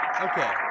okay